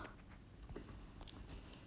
um